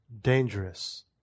dangerous